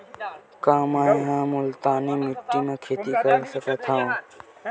का मै ह मुल्तानी माटी म खेती कर सकथव?